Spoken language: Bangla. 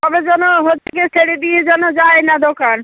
তবে যেন হচ্ছে গিয়ে ছেড়ে দিয়ে যেন যায় না দোকান